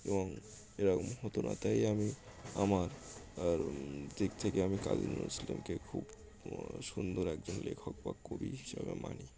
এবং এরকম হতো না তাই আমি আমার আর দিক থেকে আমি কাজী নজ ইসলামকে খুব সুন্দর একজন লেখক বা কবি হিসাবে মানি